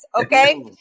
Okay